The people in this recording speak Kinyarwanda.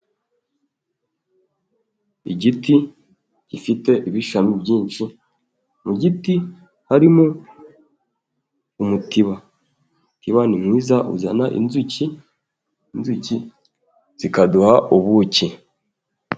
Igiti gifite ibishami byinshi, mu giti harimo umutiba. Umutiba ni mwiza uzana inzuki, inzuki zikaduha ubuki.